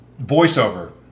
voiceover